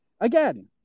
Again